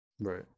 Right